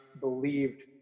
believed